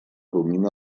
domina